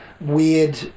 weird